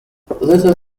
little